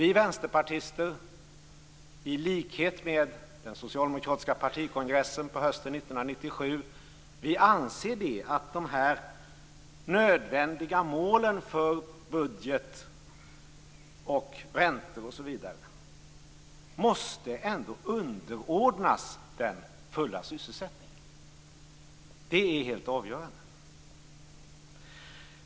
Vi vänsterpartister anser i likhet med den socialdemokratiska partikongressen på hösten 1997 att de nödvändiga målen för budget och räntor ändå måste underordnas den fulla sysselsättningen. Det är helt avgörande.